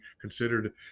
considered